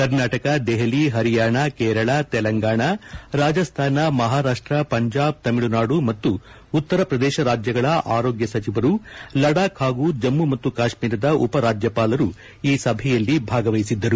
ಕರ್ನಾಟಕ ದೆಹಲಿ ಪರಿಯಾಣ ಕೇರಳ ತೆಲಂಗಾಣ ರಾಜಸ್ತಾನ ಮಹಾರಾಷ್ಸ ಪಂಜಾಬ್ ತಮಿಳುನಾಡು ಮತ್ತು ಉತ್ತರ ಪ್ರದೇಶ ರಾಜ್ಗಗಳ ಆರೋಗ್ಯ ಸಚಿವರು ಲಡಾಬ್ ಹಾಗೂ ಜಮ್ನ ಮತ್ತು ಕಾಶ್ಮೀರದ ಉಪರಾಜ್ವಪಾಲರು ಈ ಸಭೆಯಲ್ಲಿ ಭಾಗವಹಿಸಿದ್ದರು